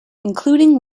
including